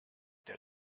der